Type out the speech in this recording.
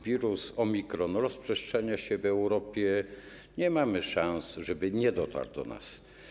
Wirus Omikron rozprzestrzenia się w Europie, nie mamy szans, żeby nie dotarł do nas.